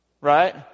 right